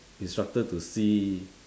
instructor to see